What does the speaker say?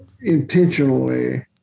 intentionally